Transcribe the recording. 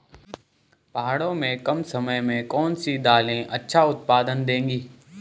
पहाड़ों में कम समय में कौन सी दालें अच्छा उत्पादन देंगी?